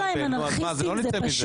אז מה, לא נצא מזה.